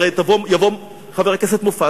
הרי יבוא חבר הכנסת מופז,